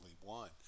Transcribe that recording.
one